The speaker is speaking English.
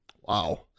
Wow